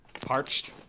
Parched